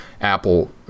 apple